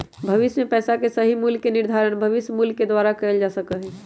भविष्य में पैसा के सही मूल्य के निर्धारण भविष्य मूल्य के द्वारा कइल जा सका हई